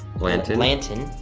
blanton. blanton.